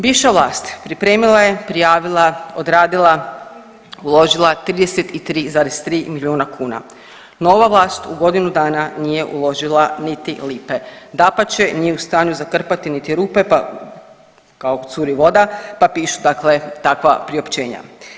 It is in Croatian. Bivša vlast pripremila je, prijavila, odradila, uložila 33,3 milijuna kuna, nova vlast u godinu dana nije uložila niti lipe, dapače nije u stanju zakrpati niti rupe, pa kao curi voda, pa pišu dakle takva priopćena.